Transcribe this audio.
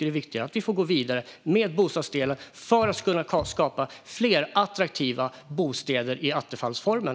Det viktiga är att vi får gå vidare med bostadsdelen för att också kunna skapa fler attraktiva bostäder i attefallsformen.